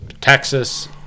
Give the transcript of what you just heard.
Texas